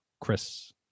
Chris